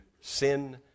sin